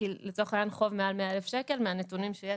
כי לצורך העניין חוב מעל 100,000 שקלים מהנתונים שיש,